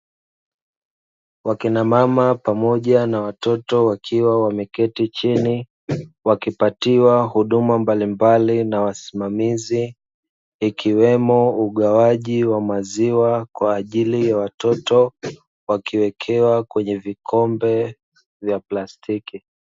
Wakina mama pamoja na watoto wakiwa wameketi chini, wakipatiwa huduma mbalimbali na wasimamizi, ikiwemo ugawaji wa maziwa kwa ajili ya watoto, wakiwekewa kwenye vikombe vya plastiki.